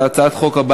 הצעת חוק הנוער